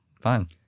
fine